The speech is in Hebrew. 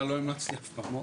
לא המלצתי אף פעם.